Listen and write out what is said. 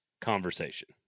conversation